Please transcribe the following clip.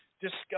discuss